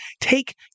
take